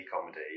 comedy